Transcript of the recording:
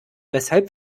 weshalb